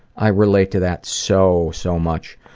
i relate to that so, so much.